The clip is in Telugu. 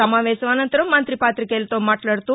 సమావేశం అనంతరం మంతి పాతికేయులతో మాట్లాదుతూ